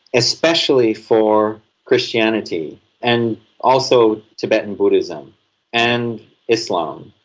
especially for christianity and also tibetan buddhism and islam,